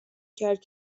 کرد